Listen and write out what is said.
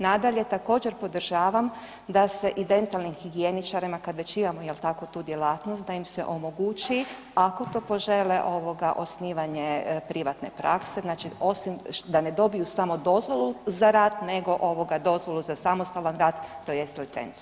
Nadalje, također, podržavam da se i dentalnim higijeničarima, kad već imamo, je li tako, tu djelatnost, da im se omogući, ako to požele, osnivanje privatne prakse, znači osim, da ne dobiju samo dozvolu za rad, nego dozvolu za samostalan rad, tj. licencu?